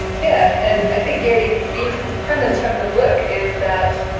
yeah, and i think gary v's premise from the book is that,